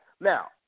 Now